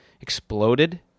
Exploded